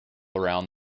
around